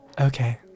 Okay